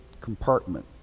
compartment